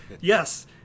yes